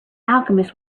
alchemist